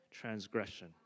transgression